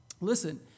Listen